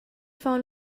phone